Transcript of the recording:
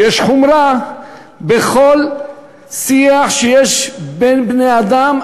שיש חומרה בכל שיח שיש בין בני-אדם,